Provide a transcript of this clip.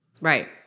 right